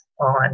on